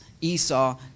Esau